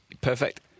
Perfect